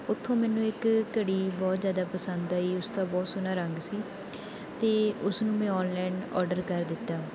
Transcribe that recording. ਉੱਥੋਂ ਮੈਨੂੰ ਇੱਕ ਘੜੀ ਬਹੁਤ ਜ਼ਿਆਦਾ ਪਸੰਦ ਆਈ ਉਸ ਦਾ ਬਹੁਤ ਸੋਹਣਾ ਰੰਗ ਸੀ ਅਤੇ ਉਸਨੂੰ ਮੈਂ ਔਨਲਾਈਨ ਔਡਰ ਕਰ ਦਿੱਤਾ